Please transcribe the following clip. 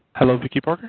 hello vicky parker.